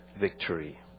victory